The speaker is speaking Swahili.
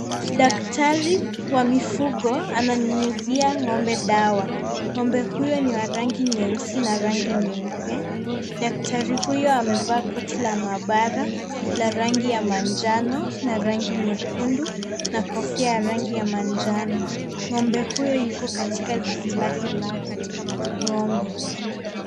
Daktari wa mifugo ananyunyizia ng'ombe dawa. Ng'ombe huyo ni wa rangi nyeusi na rangi nyeupe. Daktari huyo amevaa koti la maabara la rangi ya manjano na rangi nyekundu na kofia ya rangi ya manjano. Ng'ombe huyo yuko katika zizi lake la ng'ombe.